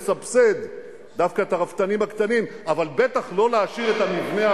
אבל תקשיבו לניתוח.